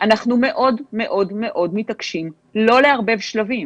אנחנו מאוד מאוד מאוד מתעקשים לא לערבב שלבים